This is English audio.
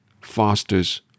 fosters